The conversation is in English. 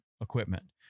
equipment